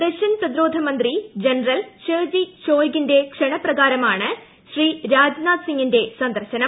Russian പ്രതിരോധമന്ത്രി general Sergei ഷോയിഗിന്റെ ക്ഷണപ്രകാരമാണ് രാജ്നാഥ് സിങ്ങിന്റെ സന്ദർശനം